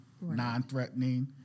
non-threatening